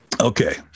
Okay